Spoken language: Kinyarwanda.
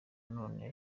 none